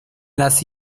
las